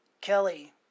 Kelly